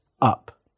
up